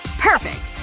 perfect.